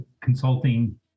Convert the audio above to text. consulting